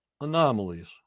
anomalies